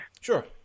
Sure